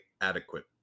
adequate